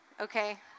okay